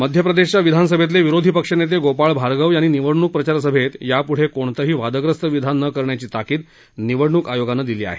मध्यप्रदेशच्या विधानसभेतले विरोधी पक्षनेते गोपाळ भार्गव यांनी निवडणूक प्रचार सभेत यापुढे कोणतंही वादग्रस्त विधान न करण्याची ताकीद निवडणूक आयोगानं दिली आहे